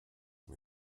mir